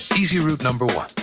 easy route number one.